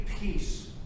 peace